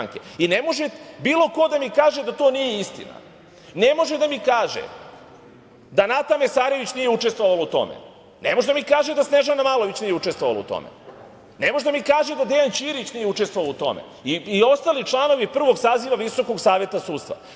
Ne može bilo ko da mi kaže da to nije istina, ne može da mi kaže da Nata Mesarović nije učestvovala u tome, ne može da mi kaže da Snežana Malović nije učestvovala u tome, ne može da mi kaže da Dejan Ćirić nije učestvovao u tome i ostali članovi prvog saziva Visokog saveta sudstva.